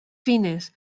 fines